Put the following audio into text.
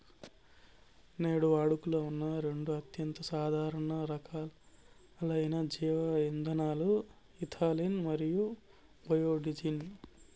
నేడు వాడుకలో ఉన్న రెండు అత్యంత సాధారణ రకాలైన జీవ ఇంధనాలు ఇథనాల్ మరియు బయోడీజిల్